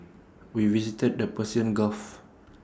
we visited the Persian gulf